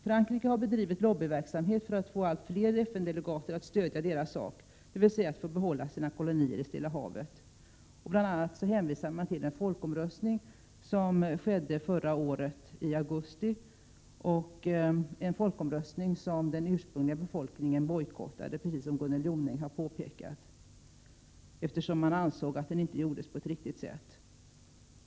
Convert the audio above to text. Frankrike har bedrivit lobbyverksamhet för att få allt fler FN-delegater att stödja dess sak, dvs. att man skall få behålla sina kolonier i Stilla havet. Bl. a. hänvisar man till en folkomröstning som skedde i augusti förra året — en folkomröstning som den ursprungliga befolkningen bojkottade, precis som Gunnel Jonäng har påpekat, eftersom befolkningen inte ansåg att den gjordes på ett riktigt sätt.